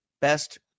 best